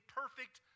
perfect